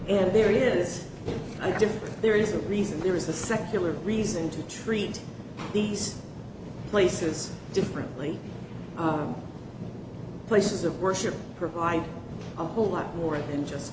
and there it is i did there is a reason there is a secular reason to treat these places differently places of worship provide a whole lot more than just